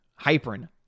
Hyperin